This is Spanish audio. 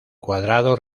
cuadrado